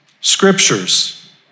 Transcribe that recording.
scriptures